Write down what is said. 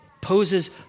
poses